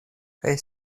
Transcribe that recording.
kaj